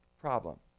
Problem